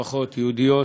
יהודיות,